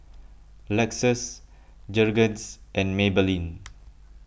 Lexus Jergens and Maybelline